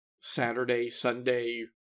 Saturday-Sunday